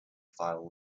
file